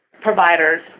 providers